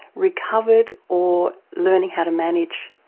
recovered or leaning how to manage?